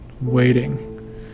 waiting